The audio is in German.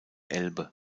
elbe